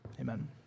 amen